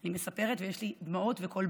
אני מספרת ויש לי קול ודמעות בעיניים,